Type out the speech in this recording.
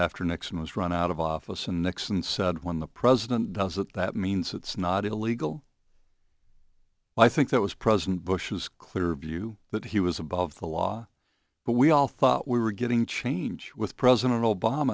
after nixon was run out of office and nixon said when the president does it that means it's not illegal but i think that was president bush's clear view that he was above the law but we all thought we were getting change with president